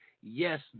yes